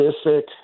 specific